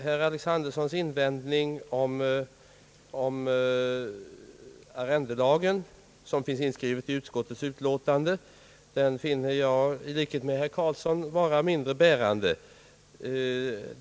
Herr Alexandersons invändning om arrendelagen som finns inskriven i utskottets utlåtande finner jag i likhet med herr Karlsson vara mindre bärande.